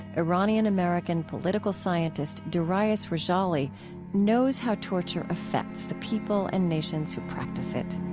iranian-american political scientist darius rejali knows how torture affects the people and nations who practice it